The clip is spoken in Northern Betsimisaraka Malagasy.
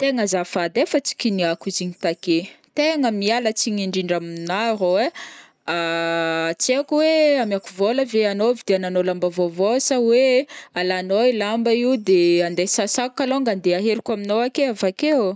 Tegna azafady ai fa tsy kiniako izigny takeo igny, miala tsigny indrindra amina rô ai, tsy haiko hoe amiako vola ve anao vidiananao lamba vaovao sa hoe alanao io lamba io de andeha sasako kalongany de ateriko aminao aké avakeo ô.